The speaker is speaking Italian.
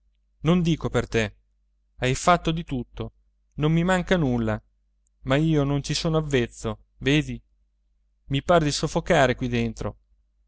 non dico per te hai fatto di tutto non mi manca nulla ma io non ci sono avvezzo vedi i par di soffocare qui dentro